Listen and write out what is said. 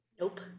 Nope